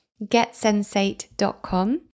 getsensate.com